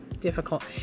difficult